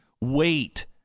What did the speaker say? wait